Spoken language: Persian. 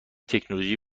تکنولوژی